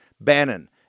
Bannon